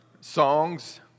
songs